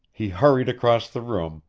he hurried across the room,